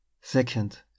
second